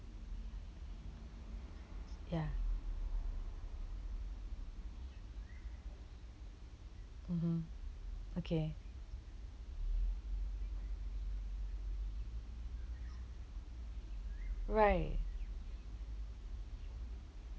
ya mmhmm okay right